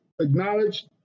acknowledged